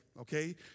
okay